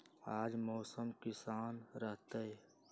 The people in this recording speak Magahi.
आज मौसम किसान रहतै?